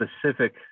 specific